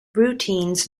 routines